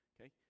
okay